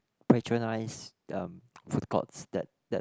patronize um food courts that that